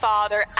Father